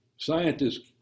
scientists